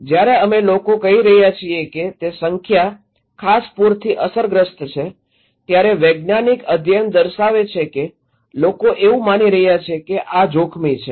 જ્યારે અમે લોકોને કહી રહ્યા છીએ કે તે સંખ્યા ખાસ પૂરથી અસરગ્રસ્ત છે ત્યારે વૈજ્ઞાનિક અધ્યયન દર્શાવે છે કે લોકો એવું માની રહ્યા છે કે આ જોખમી છે